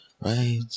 Right